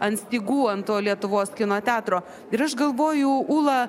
ant stygų ant to lietuvos kino teatro ir aš galvoju ūla